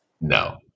No